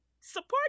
Support